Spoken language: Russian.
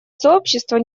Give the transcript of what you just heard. сообщество